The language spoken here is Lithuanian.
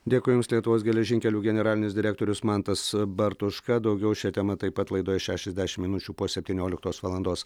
dėkui jums lietuvos geležinkelių generalinis direktorius mantas bartuška daugiau šia tema taip pat laidoje šešiasdešimt minučių po septynioliktos valandos